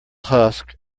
husk